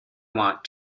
want